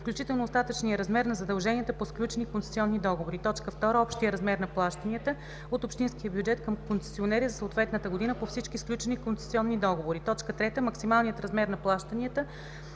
включително остатъчния размер на задълженията по сключени концесионни договори; 2. общия размер на плащанията от общинския бюджет към концесионери за съответната година по всички сключени концесионни договори; 3. максималния размер на плащанията,